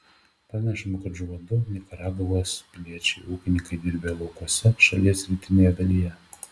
pranešama kad žuvo du nikaragvos piliečiai ūkininkai dirbę laukuose šalies rytinėje dalyje